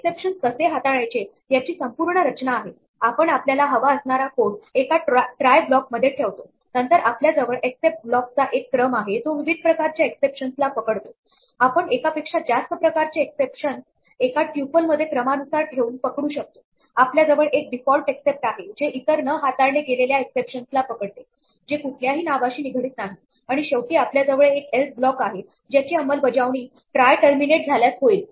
exceptions कसे हाताळायचे याची संपूर्ण रचना अशी आहे आपण आपल्याला हवा असणारा कोड एका ट्राय ब्लॉक मध्ये ठेवतो नंतर आपल्याजवळ एक्सेप्ट ब्लॉकचा एक क्रम आहे जो विविध प्रकारच्या एक्सेप्शन्स ला पकडतो आपण एकापेक्षा जास्त प्रकारचे एक्सेप्शन्स एका ट्यूपलमध्ये क्रमानुसार ठेवून पकडू शकतो आपल्याजवळ एक डिफॉल्ट एक्सेप्ट आहे जे इतर न हाताळले गेलेल्या एक्सेप्शन्स ला पकडते जे कुठल्याही नावाशी निगडित नाही आणि शेवटी आपल्याजवळ एक एल्स ब्लॉक आहे ज्याची अंमलबजावणी ट्राय टर्मिनेट झाल्यास होईल